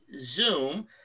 zoom